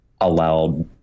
allowed